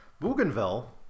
Bougainville